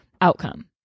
outcome